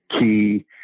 key